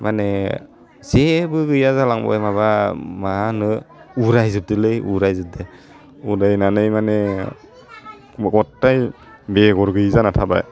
माने जेबो गैया जालांबाय माबा मा होनो उराय जोबदोलै उराय जोबदो उरायनानै माने गत्थाइ बेगर गोयै जाना थाबाय